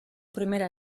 primera